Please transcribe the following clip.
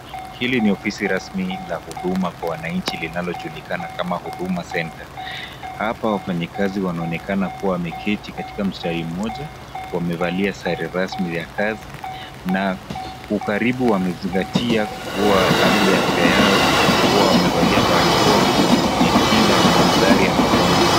Hili ni ofisi rasmi la huduma kwa wananchi linalojulikana kama huduma centre. Hapa wafanyakazi wanaonekana kuwa wameketi katika msitari mmoja wamevalia sare rasmi ya kazi na kwa karibu wamezingatia hali ya afya yao kuwa wamevalia barakoa kujikinga na athari ya ugonjwa.